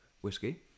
whiskey